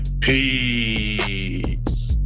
Peace